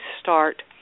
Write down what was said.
start